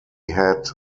had